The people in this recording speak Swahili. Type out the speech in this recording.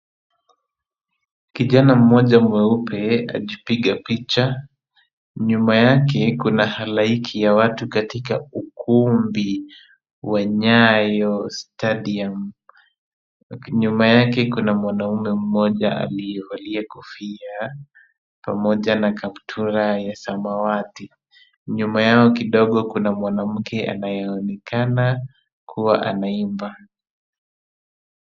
Kijana mmoja mweupe ajipiga picha. Nyuma yake kuna halaiki ya watu katika ukumbi wa Nyayo Stadium . Nyuma yake kuna mwanamume mmoja aliyevalia kofia pamoja na kaptura ya samawati. Nyuma yao kidogo kuna mwanamke anayeonekana kuwa anaimba.